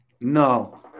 No